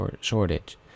shortage